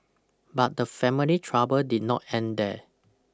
but the family trouble did not end there